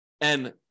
and-